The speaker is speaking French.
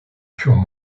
furent